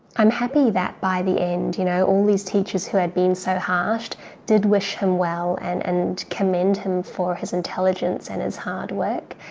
i'm happy that by the end you know all these teachers who had been so harsh did wish him well and and commend him for his intelligence and his hard work.